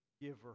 giver